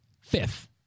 fifth